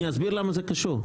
אני אסביר למה זה קשור.